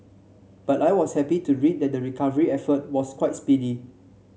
but I was happy to read that the recovery effort was quite speedy